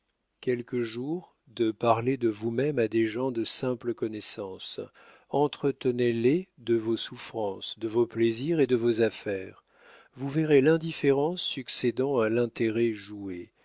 quelque jour de parler de vous-même à des gens de simple connaissance entretenez les de vos souffrances de vos plaisirs ou de vos affaires vous verrez l'indifférence succédant à l'intérêt